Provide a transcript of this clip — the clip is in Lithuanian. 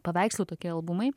paveikslų tokie albumai